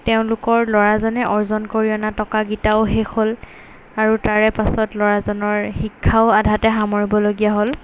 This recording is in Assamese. তেওঁলোকৰ ল'ৰাজনে অৰ্জন কৰি অনা টকাকেইটাও শেষ হ'ল আৰু তাৰে পাছত ল'ৰাজনৰ শিক্ষাও আধাতে সামৰিবলগীয়া হ'ল